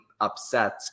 upset